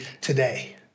today